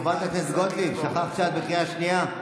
חברת הכנסת גוטליב, שכחת שאת בקריאה שנייה?